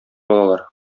балалар